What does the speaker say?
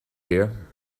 here